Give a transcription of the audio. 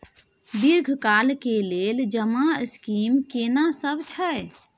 दीर्घ काल के लेल जमा स्कीम केना सब छै?